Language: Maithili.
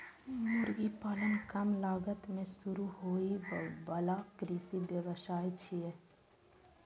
मुर्गी पालन कम लागत मे शुरू होइ बला कृषि व्यवसाय छियै